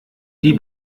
die